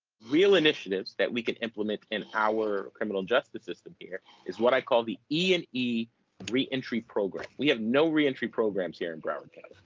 real initiatives that we can implement in our our criminal justice system here is what i call the e and e re-entry program. we have no re-entry programs here in broward county.